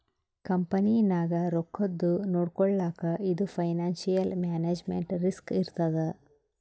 ಕಂಪನಿನಾಗ್ ರೊಕ್ಕಾದು ನೊಡ್ಕೊಳಕ್ ಇದು ಫೈನಾನ್ಸಿಯಲ್ ಮ್ಯಾನೇಜ್ಮೆಂಟ್ ರಿಸ್ಕ್ ಇರ್ತದ್